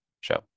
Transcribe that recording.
show